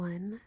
One